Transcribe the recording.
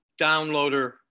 downloader